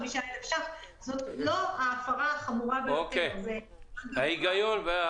לא פעל בהתאם להוראת המנהל להפסקת10,000 שימוש במיתקן גז או לריקונו,